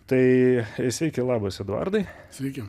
tai sveiki labas eduardai sveiki